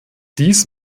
dies